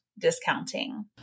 discounting